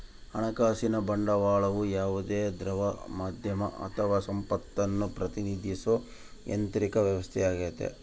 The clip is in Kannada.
ಹಣಕಾಸಿನ ಬಂಡವಾಳವು ಯಾವುದೇ ದ್ರವ ಮಾಧ್ಯಮ ಅಥವಾ ಸಂಪತ್ತನ್ನು ಪ್ರತಿನಿಧಿಸೋ ಯಾಂತ್ರಿಕ ವ್ಯವಸ್ಥೆಯಾಗೈತಿ